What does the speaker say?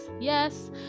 yes